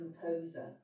composer